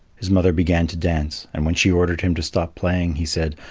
his mother began to dance, and when she ordered him to stop playing, he said,